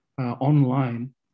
online